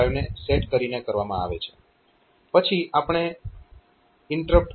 5 ને સેટ કરીને કરવામાં આવે છે